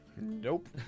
Nope